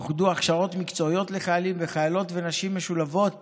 אוחדו הכשרות מקצועיות לחיילים וחיילות ונשים משולבות